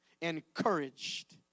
encouraged